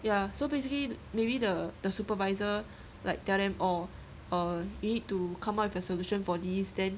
ya so basically maybe the the supervisor like tell them orh err they need to come up with a solution for this then